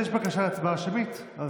יש בקשה להצבעה שמית.